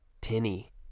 tinny